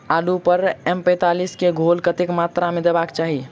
आलु पर एम पैंतालीस केँ घोल कतेक मात्रा मे देबाक चाहि?